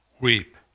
Weep